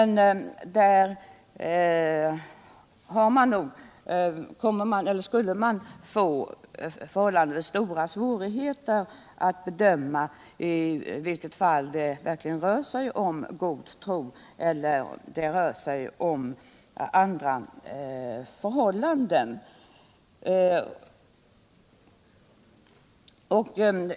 I det fallet skulle det dock kunna uppstå stora svårigheter att bedöma i vilka fall det verkligen rör sig om god tro resp. i vilka fall det rör sig om andra förhållanden.